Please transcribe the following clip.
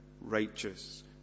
righteous